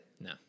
No